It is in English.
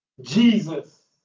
Jesus